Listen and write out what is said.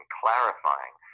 clarifying